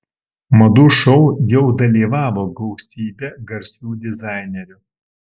madų šou jau dalyvavo gausybė garsių dizainerių